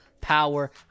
Power